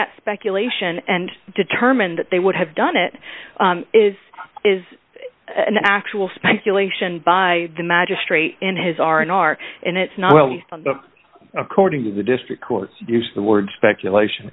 that speculation and determine that they would have done it is is an actual speculation by the magistrate in his r and r and it's not according to the district court use the word speculation